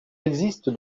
existe